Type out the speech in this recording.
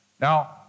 Now